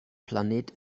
planet